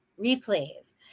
Replays